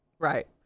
Right